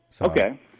Okay